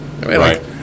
right